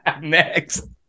next